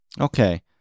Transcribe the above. Okay